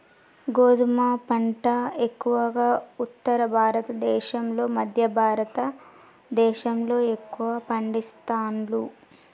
గోధుమ పంట ఎక్కువగా ఉత్తర భారత దేశం లో మధ్య భారత దేశం లో ఎక్కువ పండిస్తాండ్లు